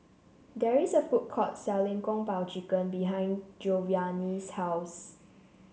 there is a food court selling Kung Po Chicken behind Giovanni's house